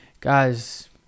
guys